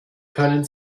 können